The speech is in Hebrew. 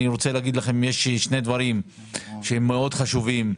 אני רוצה לומר לכם שני דברים שהם מאוד חשובים.